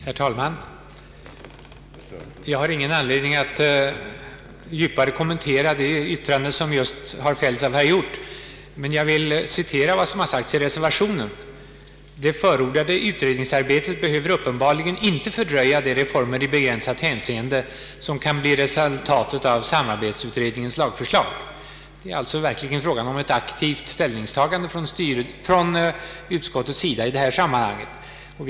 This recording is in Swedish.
Herr talman! Jag har ingen anledning att djupare kommentera det yttrande som just har fällts av herr Hjorth, men jag vill citera vad som har sagts i reservationen: ”Det förordade utredningsarbetet behöver uppenbarligen inte fördröja de reformer i begränsat hänseende som kan bli resultatet av samarbetsutredningens lagförslag.” Det är alltså verkligen fråga om ett aktivt ställningstagande från utskottets sida i detta sammanhang. Herr talman!